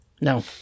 No